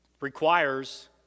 requires